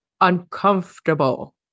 uncomfortable